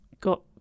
got